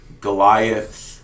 Goliath